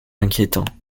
inquiétant